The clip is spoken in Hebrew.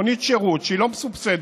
מונית שירות שהיא לא מסובסדת